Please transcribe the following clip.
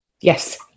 Yes